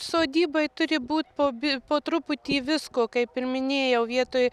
sodyboj turi būt po bi po truputį visko kaip ir minėjau vietoj